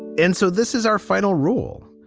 and so this is our final rule.